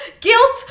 guilt